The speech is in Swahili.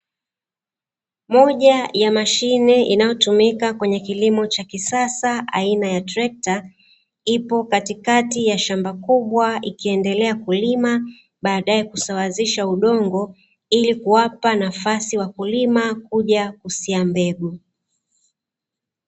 Moja ya mashine inayotumika kwenye kilimo cha kisasa aina ya trekta, ipo katikati ya shamba kubwa ikiendelea kulima, baadaye kusawazisha udongo ili kuwapa nafasi wakulima kuja kusia mbegu.